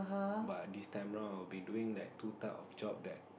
but this time round I been doing two type of job that